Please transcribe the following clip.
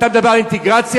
אתה מדבר על אינטגרציה?